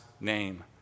name